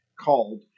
called